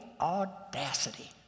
audacity